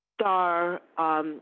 star